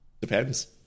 Depends